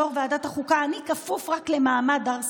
יו"ר ועדת הכספים: אני כפוף רק למעמד הר סיני.